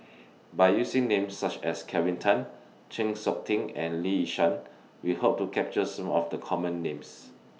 By using Names such as Kelvin Tan Chng Seok Tin and Lee Yi Shyan We Hope to capture Some of The Common Names